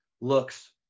looks